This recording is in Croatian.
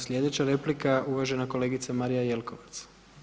Slijedeća replika uvažena kolegica Marija Jelkovac.